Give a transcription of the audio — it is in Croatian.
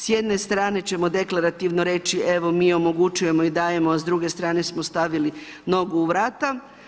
S jedne strane ćemo deklarativno reći evo mi omogućujemo i dajemo, a s druge strane smo stavili nogu u vrata.